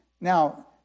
Now